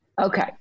Okay